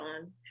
on